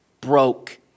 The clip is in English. broke